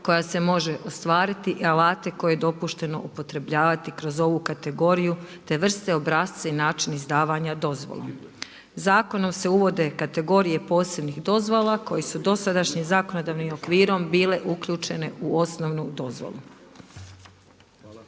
koja se može ostvariti i alate koje je dopušteno upotrebljavati kroz ovu kategoriju, te vrte obrasce i način izdavanja dozvolom. Zakonom se uvode kategorije posebnih dozvola, koji su dosadašnjih zakonodavnim okvirom bile uključene u osnovnu dozvolu. Nadalje,